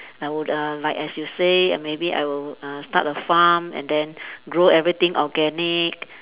I would uh like as you say maybe I would uh start a farm and then grow everything organic